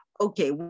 okay